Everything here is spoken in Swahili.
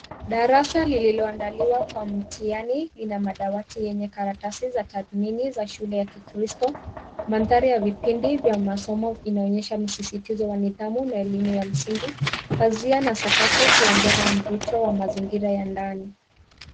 Darasa lililoandaliwa kwa mtihani ina madawati yenye karatasi za tathmini za shule ya kikristo. Mandhari ya vipindi vya masomo inaonyesha msisitizo wa nidhamu na elimu ya msingi. Pazia na sakafu huongeza mvito wa mazingira ya ndani.